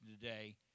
today